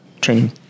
training